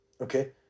Okay